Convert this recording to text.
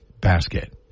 basket